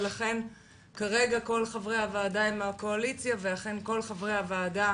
ולכן כרגע כל חברי הוועדה